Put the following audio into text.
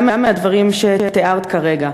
גם מהדברים שתיארת כרגע.